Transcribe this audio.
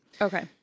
Okay